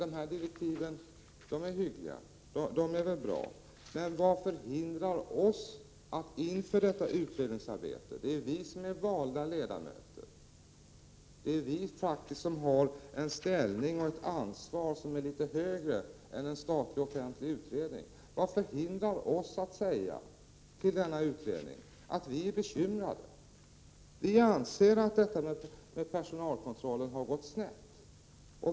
De här direktiven är hyggliga. Men vad hindrar oss att inför detta utredningsarbete — det är vi som är valda ledamöter, det är faktiskt vi som har en ställning och ett ansvar som är litet högre än statliga offentliga utredningar — säga att vi är bekymrade och att vi anser att detta med personalkontrollen har gått snett?